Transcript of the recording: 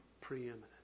preeminent